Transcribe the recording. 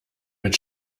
mit